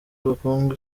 ubukungu